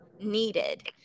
needed